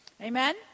amen